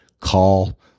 call